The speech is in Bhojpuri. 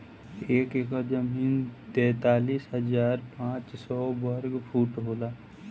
एक एकड़ जमीन तैंतालीस हजार पांच सौ साठ वर्ग फुट होला